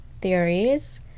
theories